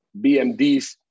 BMDs